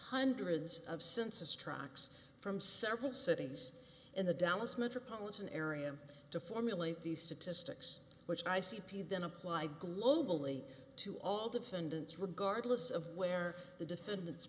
hundreds of census tracks from several cities in the dallas metropolitan area to formulate these statistics which i c p then apply globally to all defendants regardless of where the defendant's